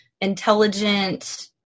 intelligent